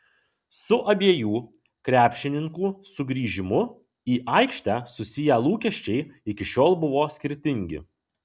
su abiejų krepšininkų sugrįžimu į aikštę susiję lūkesčiai iki šiol buvo skirtingi